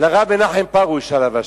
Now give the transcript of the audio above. לרב מנחם פרוש, עליו השלום,